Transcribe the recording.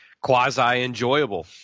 quasi-enjoyable